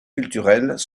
culturelles